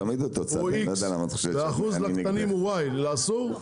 X ואחוז המדפים הקטנים הוא Y זה אסור?